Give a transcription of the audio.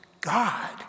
God